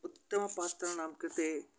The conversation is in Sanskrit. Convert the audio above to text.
उत्तमपात्राणां कृते